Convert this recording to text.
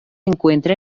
encuentra